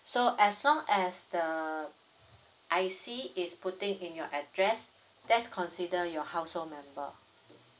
so as long as the I_C is putting in your address that's consider your household member